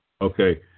Okay